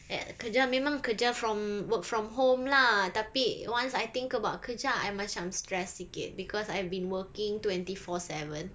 uh kerja memang kerja from work from home lah tapi once I think about kerja I macam stressed sikit because I've been working twenty four seven